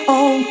on